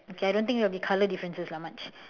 okay I don't think there will be colour differences lah much